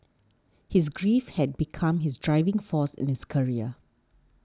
his grief had become his driving force in his career